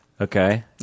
Okay